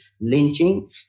lynching